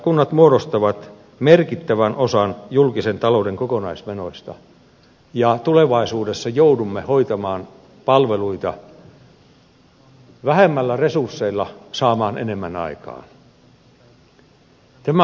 kunnat muodostavat merkittävän osan julkisen talouden kokonaismenoista ja tulevaisuudessa joudumme hoitamaan palveluita vähemmillä resursseilla ja saamaan enemmän aikaan